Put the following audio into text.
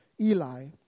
Eli